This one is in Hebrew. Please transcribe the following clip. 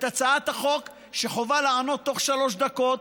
את הצעת החוק שחובה לענות בתוך שלוש דקות,